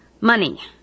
money